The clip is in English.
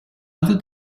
other